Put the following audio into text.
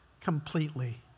completely